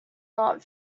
not